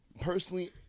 personally